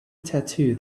tattoo